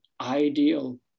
ideal